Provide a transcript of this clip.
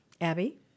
abby